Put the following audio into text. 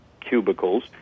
cubicles